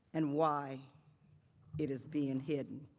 and why it is being hidden.